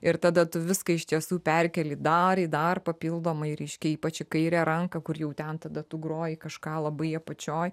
ir tada tu viską iš tiesų perkeli dar į dar papildomai reiškia ypač kaire ranka kur jau ten tada tu groji kažką labai apačioj